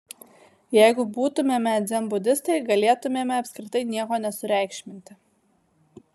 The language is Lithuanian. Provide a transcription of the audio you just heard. jeigu būtumėme dzenbudistai galėtumėme apskritai nieko nesureikšminti